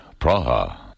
Praha